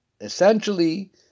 essentially